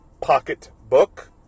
pocketbook